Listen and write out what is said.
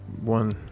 one